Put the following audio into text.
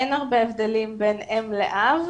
אין הרבה הבדלים בין אם לאב,